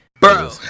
bro